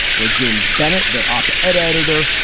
where james bennett, their op ed editor,